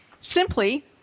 Simply